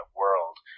world